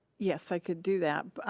yes, i could do that.